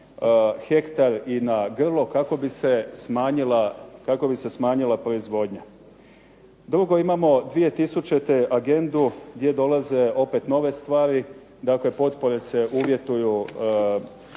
hektar i na grlo kako bi se smanjila proizvodnja. Drugo, imamo 2000. agendu gdje dolaze opet nove stvari, dakle potpore se uvjetuju